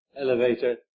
elevator